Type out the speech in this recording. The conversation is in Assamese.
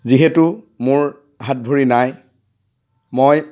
যিহেতু মোৰ হাত ভৰি নাই মই